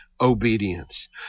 obedience